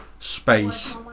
space